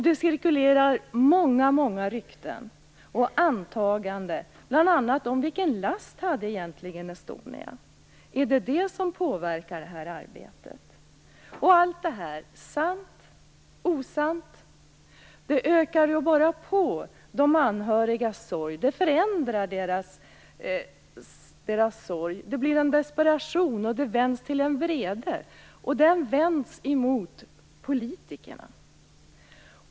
Det cirkulerar många, många rykten och antaganden, bl.a. om vilken last Estonia hade och om det är det som påverkar arbetet. Allt detta, sant eller osant, ökar ju bara på och förändrar de anhörigas sorg. Det blir en desperation som vänds till en vrede mot politikerna.